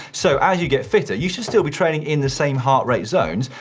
so, as you get fitter, you should still be training in the same heart rate zones.